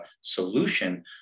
solution